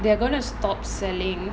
they are going to stop selling